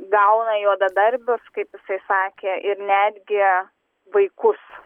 gauna juodadarbius kaip jisai sakė ir netgi vaikus